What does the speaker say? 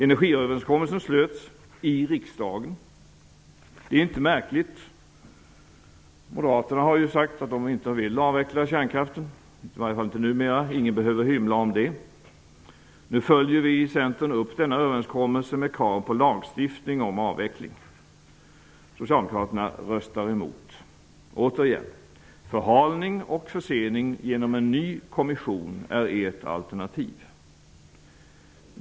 Energiöverenskommelsen slöts -- i riksdagen. Det är inte märkligt. Moderaterna har ju sagt att de inte vill avveckla kärnkraften, i alla fall inte nu. Ingen behöver hymla om det. Nu följer vi i Centern upp denna överenskommelse med krav på lagstiftning om avveckling. Förhalning och försening genom en ny kommission är ert alternativ.